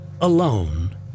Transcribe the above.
alone